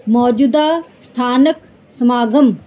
ਮੌਜੂਦਾ ਸਥਾਨਕ ਸਮਾਗਮ